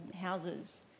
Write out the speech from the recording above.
houses